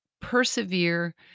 persevere